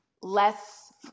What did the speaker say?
less